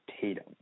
Tatum